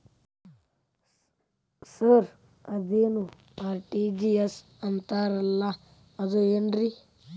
Sir ಅದೇನು RTGS ಅಂತಾರಲಾ ಅದು ಏನ್ರಿ?